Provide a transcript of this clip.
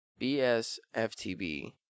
Bsftb